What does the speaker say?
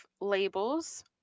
labels